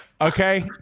Okay